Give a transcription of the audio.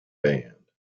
band